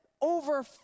over